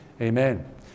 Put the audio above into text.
Amen